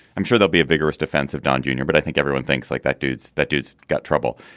i'm sure there'll be a vigorous defense of don junior. but i think everyone thinks like that dudes that dude's got trouble.